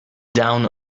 down